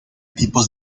tipos